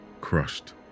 crushed